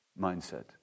mindset